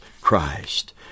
christ